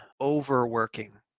overworking